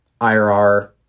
IRR